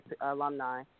alumni